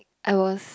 I was